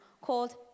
called